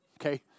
Okay